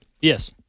Yes